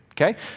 Okay